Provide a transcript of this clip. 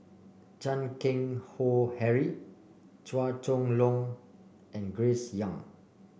Chan Keng Howe Harry Chua Chong Long and Grace Young